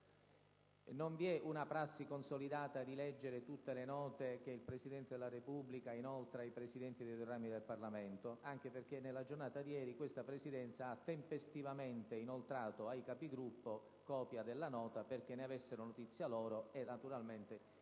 Non vi è una prassi consolidata di leggere tutte le note che il Presidente della Repubblica inoltra ai Presidenti dei due rami del Parlamento, anche perché nella giornata di ieri questa Presidenza ha tempestivamente inoltrato ai Capigruppo copia della nota affinché ne avessero notizia, loro e, naturalmente,